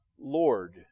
Lord